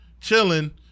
chilling